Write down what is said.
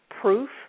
proof